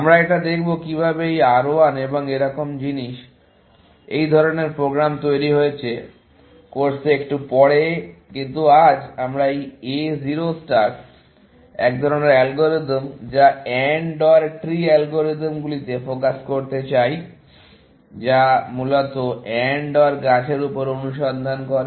আমরা এটা দেখব কিভাবে এই R 1 এবং এরকম জিনিস এই ধরনের প্রোগ্রাম তৈরি করা হয়েছে কোর্সে একটু পরে কিন্তু আজ আমরা এই A 0 স্টার এক ধরনের অ্যালগরিদম বা AND OR ট্রি অ্যালগরিদমগুলিতে ফোকাস করতে চাই এবং যা মূলত AND OR গাছের উপর অনুসন্ধান করে